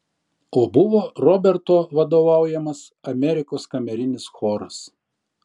o buvo roberto vadovaujamas amerikos kamerinis choras